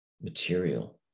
material